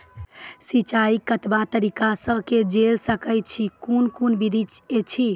सिंचाई कतवा तरीका सअ के जेल सकैत छी, कून कून विधि ऐछि?